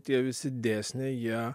tie visi dėsniai jie